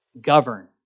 govern